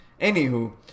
Anywho